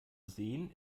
sehen